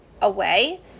away